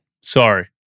Sorry